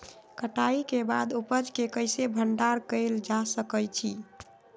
कटाई के बाद उपज के कईसे भंडारण कएल जा सकई छी?